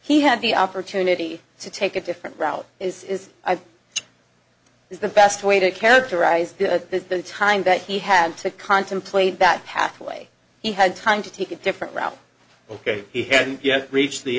he had the opportunity to take a different route is is is the best way to characterize the time that he had to contemplate that pathway he had time to take a different route ok he hadn't yet reached the